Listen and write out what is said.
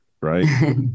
right